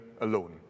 alone